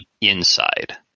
inside